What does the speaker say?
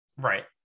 right